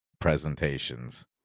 presentations